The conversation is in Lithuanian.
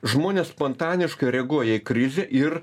žmonės spontaniškai reaguoja į krizę ir